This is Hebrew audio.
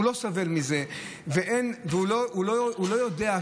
הוא לא סובל מזה והוא לא יודע,